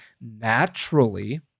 naturally